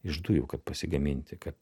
iš dujų kad pasigaminti ka